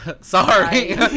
Sorry